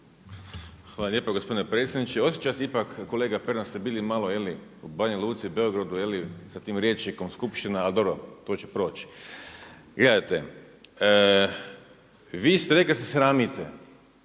Hvala lijepo gospodine predsjedniče. Osjeća se ipak, kolega Pernar ste bili malo u Banja Luci, Beogradu, sa tim rječnikom, skupština ali dobro to će proći. Gledajte, vi ste rekli da se sramite,